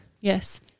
Yes